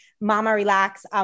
mama.relax